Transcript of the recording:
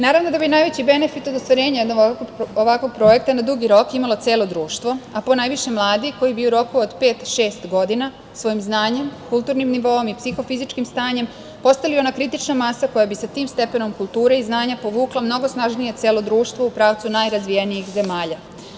Naravno da bi najveći benefit od ostvarenja jednog ovakvog projekta na dugi rok imalo celo društvo, a ponajviše mladi koji bi u roku od pet, šest godina svojim znanjem, kulturnim nivoom i psihofizičkim stanjem postali ona kritična masa koja bi sa tim stepenom kulture i znanja povukla mnogo snažnije celo društvo u pravcu najrazvijenijih zemalja.